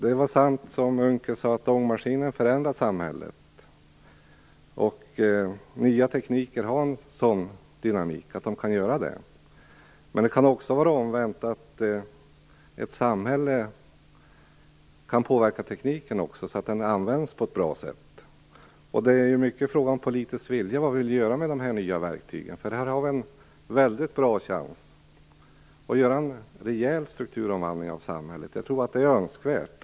Det är sant, som Unckel sade, att ångmaskinen förändrade samhället. Nya tekniker har en sådan dynamik att de kan göra det. Men det kan också omvänt vara så att samhället kan påverka tekniken, så att den kommer till användning på ett bra sätt. Det är i mycket en fråga om politisk vilja. Vad vill vi göra med de nya verktygen? Vi har en mycket bra chans att genomföra en rejäl strukturomvandling i samhället, vilket jag tror är önskvärt.